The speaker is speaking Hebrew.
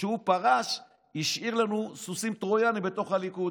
כשהוא פרש הוא השאיר לנו סוסים טרויאניים בתוך הליכוד,